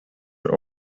were